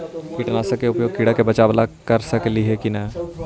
कीटनाशक के उपयोग किड़ा से बचाव ल कर सकली हे की न?